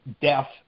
death